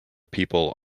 people